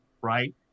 right